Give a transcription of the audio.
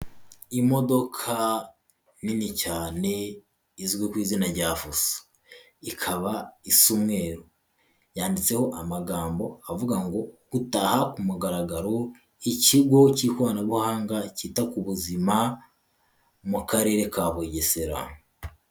Imodoka nini cyane izwi ku izina rya fuso, ikaba isa umweru yanditseho amagambo avuga ngo: Gutaha ku mugaragaro ikigo cy'ikoranabuhanga cyita ku buzima mu karere ka Bugesera.